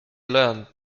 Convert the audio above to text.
learnt